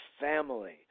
family